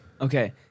Okay